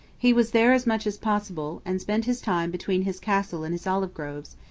he was there as much as possible, and spent his time between his castle and his olive groves,